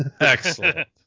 Excellent